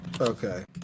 Okay